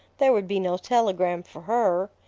there would be no telegram for her.